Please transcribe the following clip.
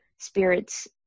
spirits